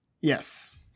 Yes